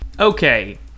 Okay